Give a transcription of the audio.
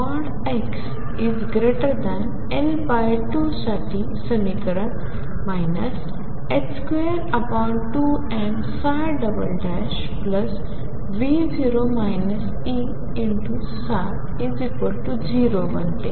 आणि xL2 साठी समीकरण 22mV0 Eψ0बनते